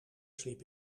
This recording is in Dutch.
sliep